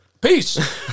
peace